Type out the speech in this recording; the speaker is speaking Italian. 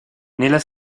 nella